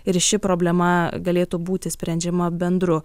ir ši problema galėtų būti sprendžiama bendru